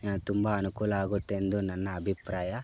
ತುಂಬ ಅನುಕೂಲ ಆಗುತ್ತೆ ಎಂದು ನನ್ನ ಅಭಿಪ್ರಾಯ